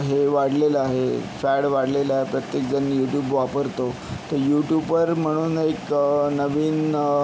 हे वाढलेलं आहे फॅड वाढलेल आहे प्रत्येक जण यूट्युब वापरतो तर यूट्युबर म्हणून एक नवीन